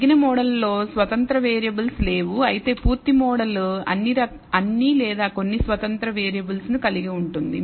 తగ్గిన మోడల్లో స్వతంత్ర వేరియబుల్స్ లేవు అయితే పూర్తి మోడల్ అన్ని లేదా కొన్ని స్వతంత్ర వేరియబుల్స్ ను కలిగి ఉంటుంది